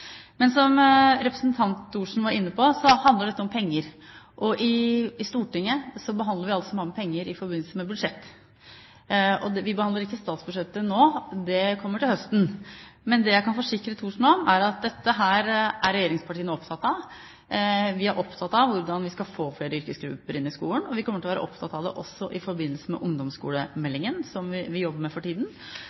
Som representanten Thorsen var inne på, handler dette om penger. I Stortinget behandler vi alt som har med penger å gjøre i forbindelse med budsjettene. Vi behandler ikke statsbudsjettet nå, det kommer til høsten. Det jeg kan forsikre Thorsen om, er at dette er regjeringspartiene opptatt av. Vi er opptatt av hvordan vi skal få flere yrkesgrupper inn i skolen. Vi kommer til å være opptatt av det også i forbindelse med ungdomsskolemeldingen, som vi jobber med for tiden.